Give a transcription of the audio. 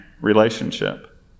relationship